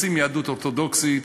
רוצים יהדות אורתודוקסית,